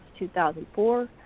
2004